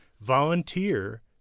volunteer